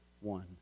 one